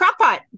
crockpot